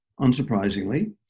unsurprisingly